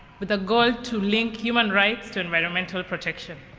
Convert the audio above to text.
with the goal to link human rights to environmental protection.